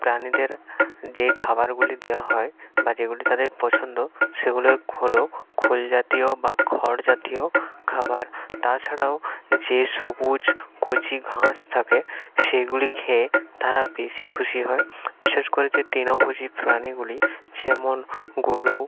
প্রাণীদের যে খাবারগুলি দেওয়া হয় বা যেগুলি তাদের পছন্দ সেগুলো খোলো খোল জাতীয় বা খড় জাতীয় খাবার তাছাড়াও যে সবুজ কচি ঘাস থাকে সেগুলি খেয়ে তারা বেশি খুশি হয় বিশেষ করে যে তৃণভোজী প্রাণীগুলি যেমন গরু